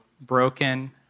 broken